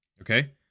Okay